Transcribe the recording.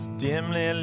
dimly